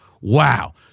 Wow